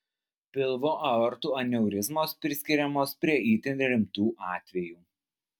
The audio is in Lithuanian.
pilvo aortų aneurizmos priskiriamos prie itin rimtų atvejų